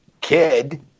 kid